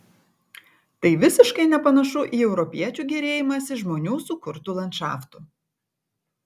tai visiškai nepanašu į europiečių gėrėjimąsi žmonių sukurtu landšaftu